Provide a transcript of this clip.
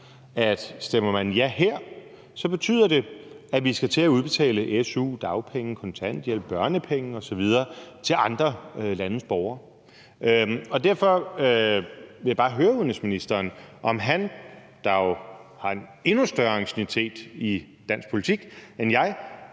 at stemmer man ja her, betyder det, at vi skal til at udbetale su, dagpenge, kontanthjælp, børnepenge osv. til andre landes borgere. Derfor vil jeg bare høre udenrigsministeren, om han, der jo har en endnu højere anciennitet i dansk politik end jeg,